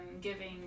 giving